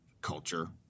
culture